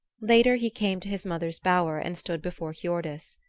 later he came to his mother's bower and stood before hiordis.